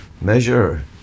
measure